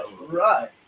Right